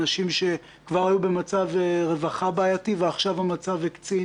עמותות סיוע נטולות